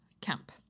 camp